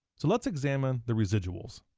so let's examine the residuals.